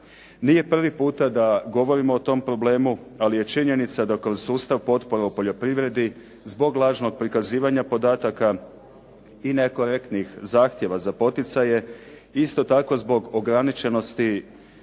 Nije prvi puta da govorimo o tom problemu ali je činjenica da kroz sustav potpora u poljoprivredi zbog lažnog prikazivanja podataka i nekorektnih zahtjeva za poticaje, isto tako zbog ograničenosti